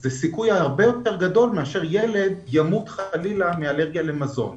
הוא סיכוי הרבה יותר גדול לעומת ילד שימות חלילה מאלרגיה למזון,